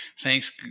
Thanks